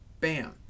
bam